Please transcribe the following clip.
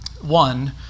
One